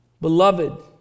Beloved